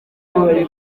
bombi